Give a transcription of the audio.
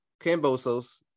Cambosos